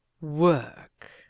Work